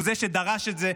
הוא זה שדרש את זה,